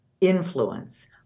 influence